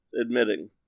admitting